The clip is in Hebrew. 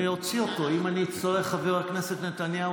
אני אוציא אותו אם אני אצטרך, חבר הכנסת נתניהו.